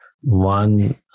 one